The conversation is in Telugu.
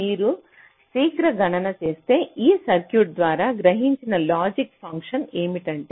మీరు శీఘ్ర గణన చేస్తే ఈ సర్క్యూట్ ద్వారా గ్రహించిన లాజిక్ ఫంక్షన్ ఏమిటంటే